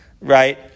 right